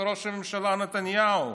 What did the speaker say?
הוא היה איש מאוד קרוב לראש הממשלה.